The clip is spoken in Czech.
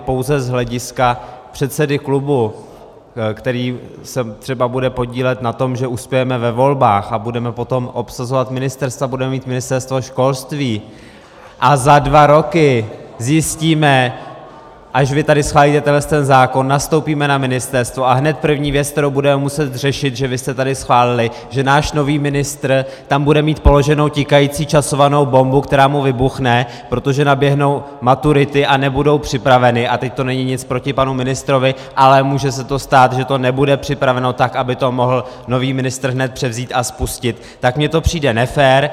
Pouze z hlediska předsedy klubu, který se třeba bude podílet na tom, že uspějeme ve volbách a budeme potom obsazovat ministerstva, budeme mít Ministerstvo školství, a za dva roky zjistíme, až vy tady schválíte tenhleten zákon, nastoupíme na ministerstvo a hned první věc, kterou budeme muset řešit, že vy jste tady schválili, že náš nový ministr tam bude mít položenou tikající časovanou bombu, která mu vybuchne, protože naběhnou maturity a nebudou připraveny, a teď to není nic proti panu ministrovi, ale může se to stát, že to nebude připraveno tak, aby to mohl nový ministr hned převzít a spustit, tak mi to přijde nefér.